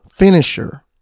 Finisher